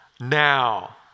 now